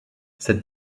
cette